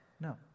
No